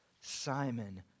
Simon